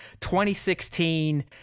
2016